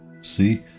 See